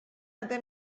ate